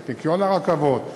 ואת ניקיון הרכבות,